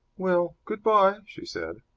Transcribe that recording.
well, good-bye, she said.